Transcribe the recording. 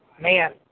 man